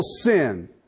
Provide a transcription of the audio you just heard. sin